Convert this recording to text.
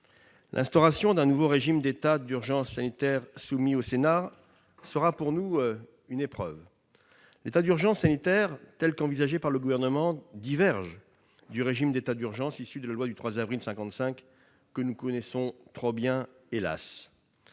L'instauration d'un nouveau régime d'état d'urgence sanitaire sera pour nous une épreuve. L'état d'urgence sanitaire, tel qu'il est envisagé par le Gouvernement, diverge du régime d'état d'urgence issu de la loi du 3 avril 1955, que nous connaissons trop bien, hélas